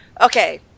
okay